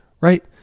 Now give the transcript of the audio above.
right